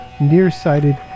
nearsighted